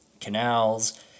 canals